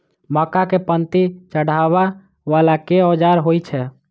मक्का केँ पांति चढ़ाबा वला केँ औजार होइ छैय?